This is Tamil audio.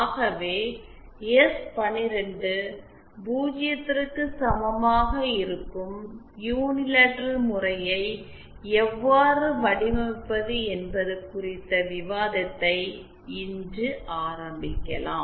ஆகவே எஸ்12 0 க்கு சமமாக இருக்கும் யூனிலேட்ரல் முறையை எவ்வாறு வடிவமைப்பது என்பது குறித்த விவாதத்தை இன்று ஆரம்பிக்கலாம்